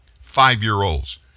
Five-year-olds